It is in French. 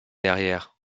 derrière